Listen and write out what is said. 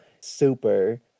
Super